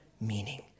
meaning